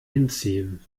hinziehen